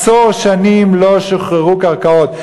עשר שנים לא שוחררו קרקעות,